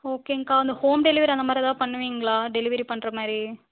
ஓகேங்க்கா அந்த home delivery அந்த மாதிரி எதாவது பண்ணுவிங்களா டெலிவரி பண்ணுற மாதிரி